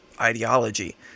ideology